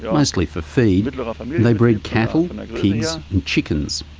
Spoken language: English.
mostly for feed, and yeah they breed cattle, pigs and chickens.